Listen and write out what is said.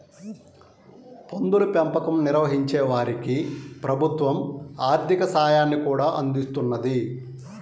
పందుల పెంపకం నిర్వహించే వారికి ప్రభుత్వం ఆర్ధిక సాయాన్ని కూడా అందిస్తున్నది